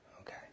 Okay